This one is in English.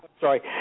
sorry